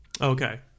Okay